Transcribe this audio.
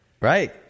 Right